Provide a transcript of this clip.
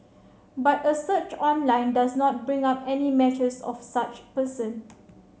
but a search online does not bring up any matches of such person